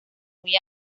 muy